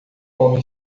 homem